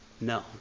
No